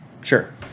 Sure